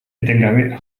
etengabe